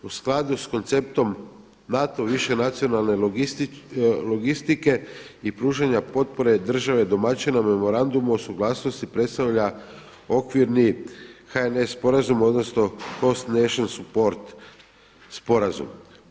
U skladu sa konceptom NATO višenacionalne logistike i pružanja potpore države domaćina Memorandum o suglasnosti predstavlja okvirni HNS sporazum odnosno host nation support sporazum.